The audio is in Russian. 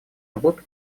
работу